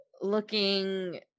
looking